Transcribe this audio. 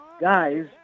Guys